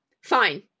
Fine